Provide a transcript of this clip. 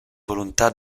volontà